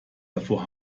davor